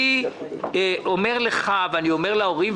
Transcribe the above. אני אומר לך ואומר להורים,